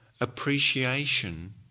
appreciation